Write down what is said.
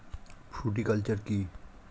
Fruticulture কী?